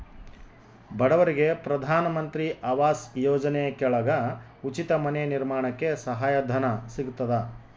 ಬಡವರಿಗೆ ಪ್ರಧಾನ ಮಂತ್ರಿ ಆವಾಸ್ ಯೋಜನೆ ಕೆಳಗ ಉಚಿತ ಮನೆ ನಿರ್ಮಾಣಕ್ಕೆ ಸಹಾಯ ಧನ ಸಿಗತದ